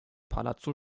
palazzo